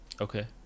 Okay